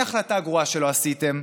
אין החלטה גרועה שלא עשיתם,